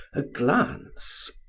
a glance.